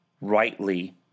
rightly